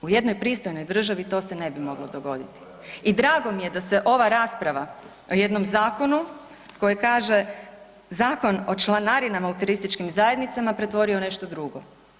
U jednoj pristojnoj državi to se ne bi moglo dogoditi i drago mi je da se ova rasprava o jednom zakonu koji kaže Zakon o članarinama u turističkim zajednicama se pretvorio u nešto drugo.